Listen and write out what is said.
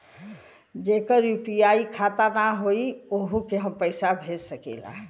जेकर यू.पी.आई खाता ना होई वोहू के हम पैसा भेज सकीला?